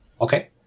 Okay